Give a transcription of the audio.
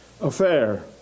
affair